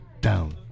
down